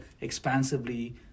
expansively